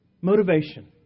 motivation